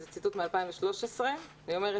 זה ציטוט מ-2013, והיא אומרת: